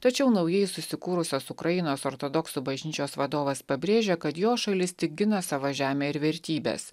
tačiau naujai susikūrusios ukrainos ortodoksų bažnyčios vadovas pabrėžė kad jo šalis tik gina savo žemę ir vertybes